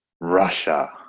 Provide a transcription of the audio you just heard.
Russia